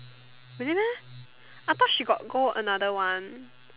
really meh I thought she got go another one